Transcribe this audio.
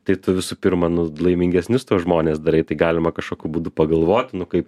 tai visų pirma nu laimingesnius tuos žmones darai tai galima kažkokiu būdu pagalvot nu kaip